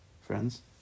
friends